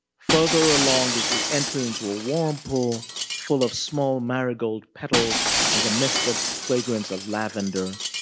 further along is the entry into a warm pool full of small marigold petals and the misted fragrance of lavender,